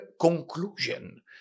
conclusion